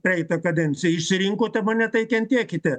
praeitą kadenciją išsirinkote mane tai kentėkite